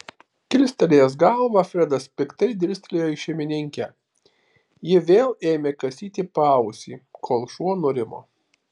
kilstelėjęs galvą fredas piktai dirstelėjo į šeimininkę ji vėl ėmė kasyti paausį kol šuo nurimo